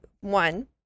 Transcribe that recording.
one